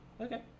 Okay